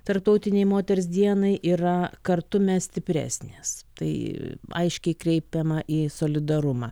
tarptautinei moters dienai yra kartu mes stipresnės tai aiškiai kreipiama į solidarumą